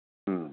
ओम